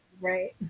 Right